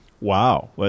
Wow